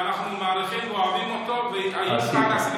ואנחנו מעריכים ואוהבים אותו, עשית.